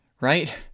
Right